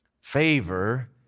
favor